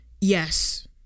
Yes